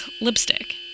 lipstick